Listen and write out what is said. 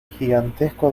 gigantesco